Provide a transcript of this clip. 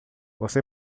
você